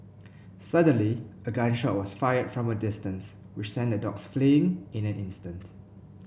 suddenly a gun shot was fired from distance which sent the dogs fleeing in an instant